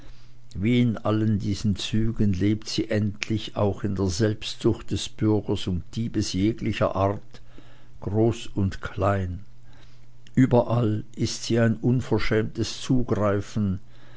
wie in allen diesen zügen lebt sie endlich auch in der selbstsucht des betrügers und diebes jeglicher art groß und klein überall ist sie ein unverschämtes zugreifen